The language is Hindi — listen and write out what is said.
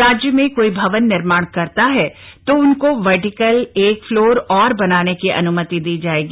राज्य में कोई भवन निर्माण करता है तो उनको वर्टिकल एक फ्लोर और बनाने की अन्मति प्रदान की जाएगी